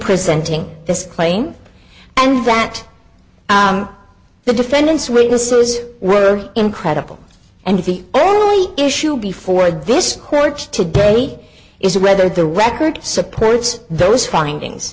presenting this claim and that the defendant's witnesses were incredible and if the only issue before this court today is whether the record supports those findings